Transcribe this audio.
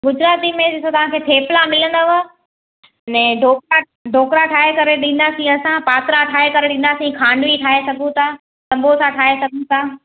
गुजराती में ॾिसो तव्हांखे थेपला मिलंदव अने ढोकला ढोकला ठाहे करे ॾींदासीं असां पातरा ठाहे करे ॾींदासीं खांडवी ठाहे सघूं था सम्बोसा ठाहे सघूं था